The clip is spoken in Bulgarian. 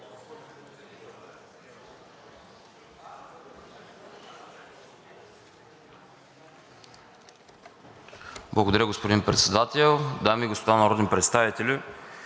Уважаеми господин Председател, дами и господа народни представители!